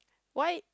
why